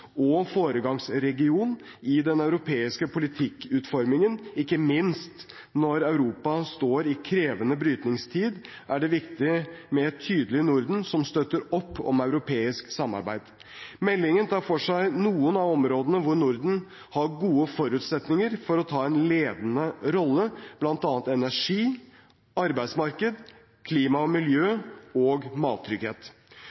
og foregangsregion i den europeiske politikkutformingen. Ikke minst når Europa står i en krevende brytningstid, er det viktig med et tydelig Norden som støtter opp om europeisk samarbeid. Meldingen tar for seg noen av områdene hvor Norden har gode forutsetninger for å ta en ledende rolle, bl.a. energi, arbeidsmarked, klima og